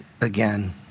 again